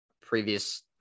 previous